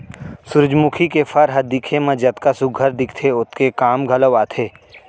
सुरूजमुखी के फर ह दिखे म जतका सुग्घर दिखथे ओतके काम घलौ आथे